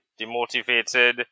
demotivated